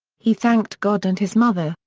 he thanked god and his mother,